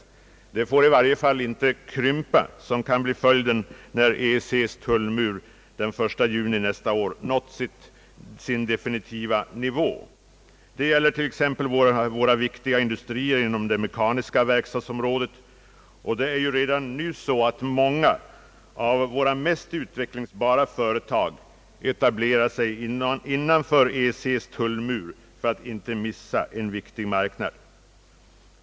Det får i varje fall inte krympa, vilket kan bli följden när EEC:s tullmur den 1 juli nästa år nått sin definitiva nivå. Det gäller t.ex. våra viktigare industrier inom det mekaniska verkstadsområdet. Många av våra mest utvecklingsbara företag har ju redan etablerat sig innanför EEC:s tullmur för att inte gå miste om en viktig marknad.